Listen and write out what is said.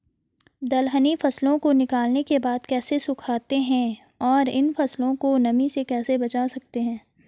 दलहनी फसलों को निकालने के बाद कैसे सुखाते हैं और इन फसलों को नमी से कैसे बचा सकते हैं?